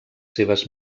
seves